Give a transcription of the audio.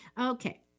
Okay